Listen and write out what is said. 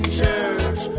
church